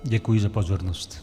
Děkuji za pozornost.